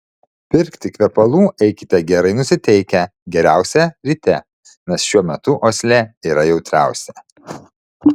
pirkti kvepalų eikite gerai nusiteikę geriausia ryte nes šiuo metu uoslė yra jautriausia